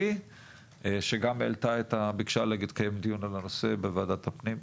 שגם ביקשה לקיים דיון על הנושא בוועדת הפנים.